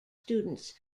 students